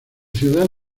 ciudad